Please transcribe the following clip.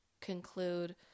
conclude